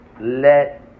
let